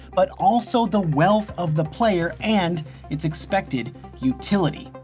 but also the wealth of the player and its expected utility.